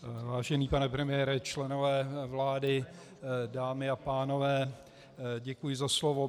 Vážený pane premiére, členové vlády, dámy a pánové, děkuji za slovo.